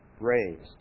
raised